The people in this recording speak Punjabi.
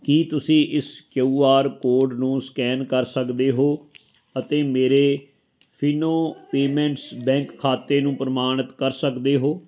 ਕੀ ਤੁਸੀਂਂ ਇਸ ਕਿਯੂ ਆਰ ਕੋਡ ਨੂੰ ਸਕੈਨ ਕਰ ਸਕਦੇ ਹੋ ਅਤੇ ਮੇਰੇ ਫਿਨੋ ਪੇਮੈਂਟਸ ਬੈਂਕ ਖਾਤੇ ਨੂੰ ਪ੍ਰਮਾਣਿਤ ਕਰ ਸਕਦੇ ਹੋ